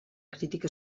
crítica